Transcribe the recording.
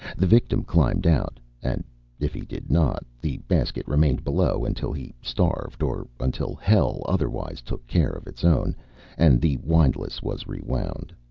the victim climbed out and if he did not, the basket remained below until he starved or until hell otherwise took care of its own and the windlass was rewound.